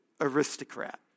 aristocrat